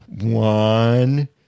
One